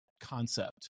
concept